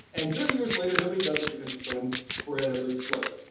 and thirty years later, nobody does it because it's so incredibly slow.